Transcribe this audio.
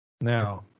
Now